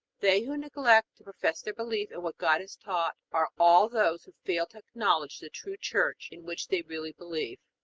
they who neglect to profess their belief in what god has taught are all those who fail to acknowledge the true church in which they really believe.